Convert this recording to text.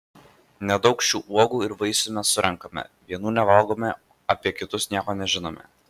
nedaug šių uogų ir vaisių mes surenkame vienų nevalgome apie kitus nieko nežinome